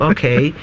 Okay